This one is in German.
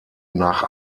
nach